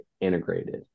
Integrated